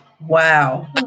Wow